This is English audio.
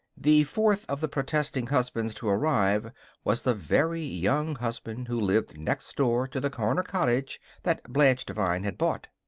the fourth of the protesting husbands to arrive was the very young husband who lived next door to the corner cottage that blanche devine had bought.